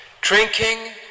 drinking